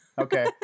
Okay